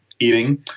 eating